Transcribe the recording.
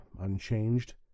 unchanged